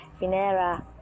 Finera